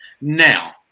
now